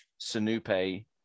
Sanupe